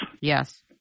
Yes